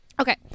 Okay